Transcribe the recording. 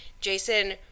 jason